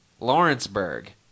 Lawrenceburg